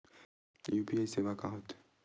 UPI सेवा का होथे?